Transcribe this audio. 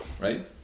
right